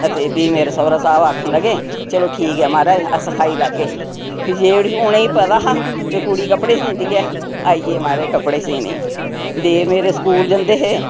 ते फ्ही मेरे सौह्रा साह्ब आक्खन लगे चलो ठीक ऐ माराज अस सखाई लैह्गे उ'नें ई पता हा कुड़ी कपड़े सींदी ऐ आई गे माराज कपड़े सीने ई देर मेरे स्कूल जंदे हे